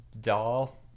doll